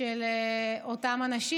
של אותם אנשים.